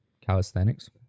Calisthenics